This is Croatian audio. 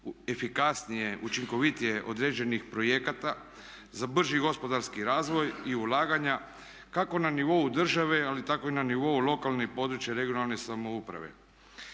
efikasnije, učinkovitije određenih projekata za brži gospodarski razvoj i ulaganja kako na nivou države, ali tako i na nivou lokalne i područne (regionalne) samouprave.